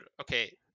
okay